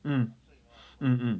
mm mm mm